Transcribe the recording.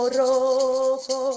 rojo